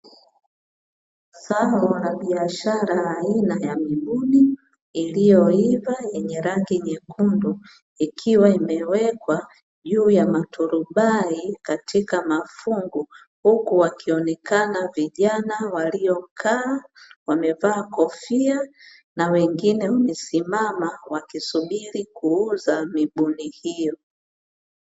Zao la biashara aina ya mibuni iliyoiva, yenye rangi nyekundu ikiwa imewekwa juu ya maturubai katika mafungu huku wakionekana vijana waliokaa wamevaa kofia na wengine wamesimama wakisubiri kuuza mibuni hiyo.